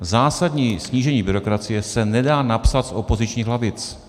Zásadní snížení byrokracie se nedá napsat z opozičních lavic.